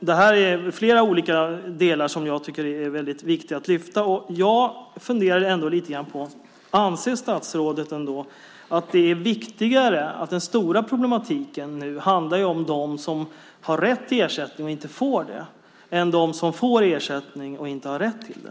Det är flera olika delar som jag tycker är väldigt viktiga att lyfta fram. Jag funderar lite grann: Anser statsrådet ändå att det är viktigare att den stora problematiken nu handlar om dem som har rätt till ersättning men inte får det än om dem som får ersättning och inte har rätt till det?